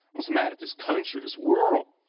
was mad at this country, this world.